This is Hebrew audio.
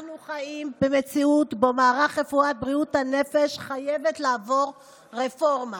אנחנו חיים במציאות שבה מערך בריאות הנפש חייב לעבור רפורמה,